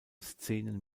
szenen